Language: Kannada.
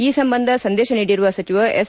ಈ ಸಂಬಂಧ ಸಂದೇಶ ನೀಡಿರುವ ಸಚಿವ ಎಸ್